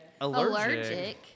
Allergic